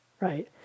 right